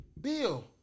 Bill